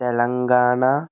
Telangana